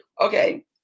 Okay